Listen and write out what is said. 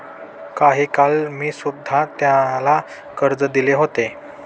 काही काळ मी सुध्धा त्याला कर्ज दिले होते